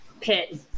Pit